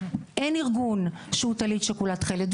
אין ארגון שהוא טלית שכולה תכלת,